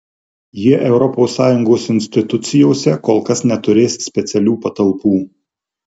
jie europos sąjungos institucijose kol kas neturės specialių patalpų